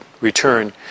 return